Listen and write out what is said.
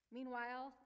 Meanwhile